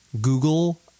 google